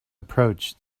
approach